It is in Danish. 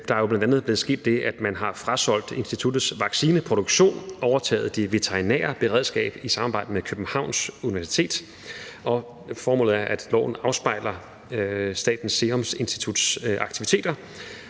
Der er jo bl.a. sket det, at man har frasolgt instituttets vaccineproduktion, overtaget det veterinære beredskab i samarbejde med Københavns Universitet, og formålet er, at loven afspejler Statens Serum Instituts aktiviteter,